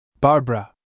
Barbara